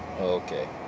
Okay